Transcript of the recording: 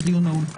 הדיון נעול.